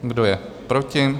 Kdo je proti?